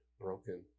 broken